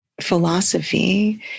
philosophy